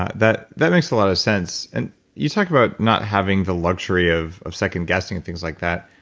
ah that that makes a lot of sense and you talk about not having the luxury of of second guessing things like that.